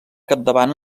capdavant